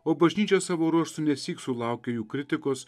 o bažnyčia savo ruožtu nesyk sulaukė jų kritikos